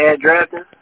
drafting